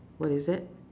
what is that